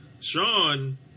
Sean